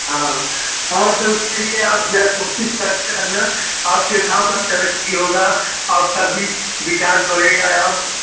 हाँ हाँ तो उसके लिए आप जे कोशिश करते रहना आपके घाँव का तरक्की होगा आपका भी विकास बढ़ेगा आपका